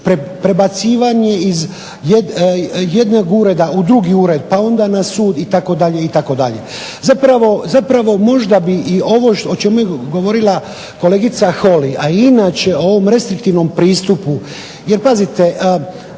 prebacivanje iz jednog ureda na drugi ured, pa onda na sud itd. Zapravo, možda bi i ovo o čemu je govorila kolegica HOly, a inače o ovom restriktivnom pristupu jer pazite,